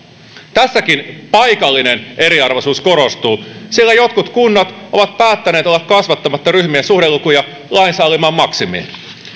tässäkin paikallinen eriarvoisuus korostuu sillä jotkut kunnat ovat päättäneet olla kasvattamatta ryhmien suhdelukuja lain sallimaan maksimiin